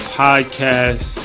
podcast